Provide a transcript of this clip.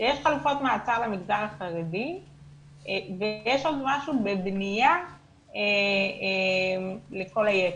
יש חלופת מעצר למגזר החרדי ויש עוד משהו בבנייה לכל היתר,